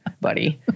buddy